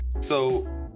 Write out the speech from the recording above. so-